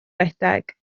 redeg